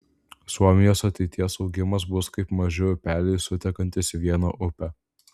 suomijos ateities augimas bus kaip maži upeliai sutekantys į vieną upę